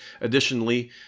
Additionally